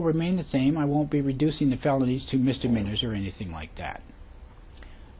will remain the same i will be reducing the felonies to misdemeanors or anything like that